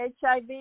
HIV